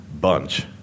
bunch